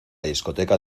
discoteca